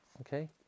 Okay